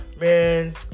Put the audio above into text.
man